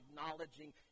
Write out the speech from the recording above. acknowledging